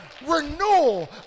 Renewal